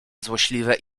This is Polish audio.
złośliwe